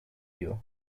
you